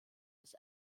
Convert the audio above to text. des